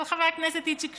אבל, חבר הכנסת איציק שמולי,